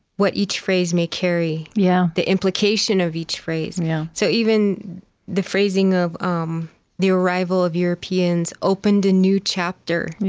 what each phrase may carry, yeah the implication of each phrase and yeah so even the phrasing of um the arrival of europeans opened a new chapter